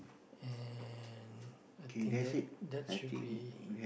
and I think that that should be